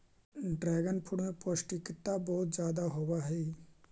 dragon fruit में पौष्टिकता बहुत ज्यादा होवऽ हइ